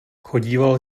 chodíval